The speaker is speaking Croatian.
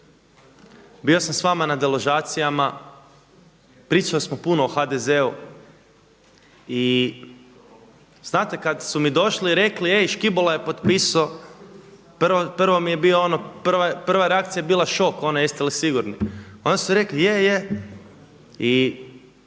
bio sam sa vama na deložacijama, pričali smo puno o HDZ-u i znate kad su mi došli i rekli ej Škibola je potpisao prvo mi je bilo ono, prva reakcija je bila šok, ono jeste li sigurni. Onda su rekli, je, je. I